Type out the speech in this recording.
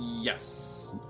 Yes